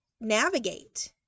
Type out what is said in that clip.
navigate